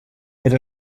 per